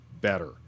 better